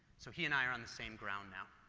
so he and i are on the same ground now.